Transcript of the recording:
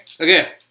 Okay